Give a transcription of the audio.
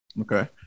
Okay